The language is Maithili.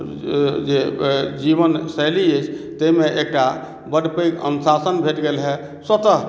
जीवन शैली अछि तैमे एकटा बड पैघ अनुशासन भेट गेल हँ स्वतः